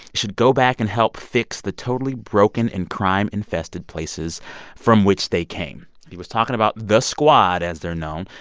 should go back and help fix the totally broken and crime-infested places from which they came. he was talking about the squad, as they're known.